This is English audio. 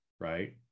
right